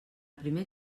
primer